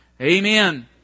Amen